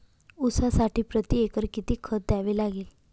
ऊसासाठी प्रतिएकर किती खत द्यावे लागेल?